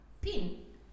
PIN